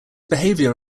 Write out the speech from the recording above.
behavior